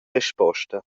risposta